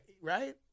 Right